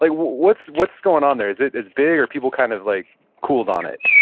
like what's what's going on there? is it as big? are people kind of like cooled on it?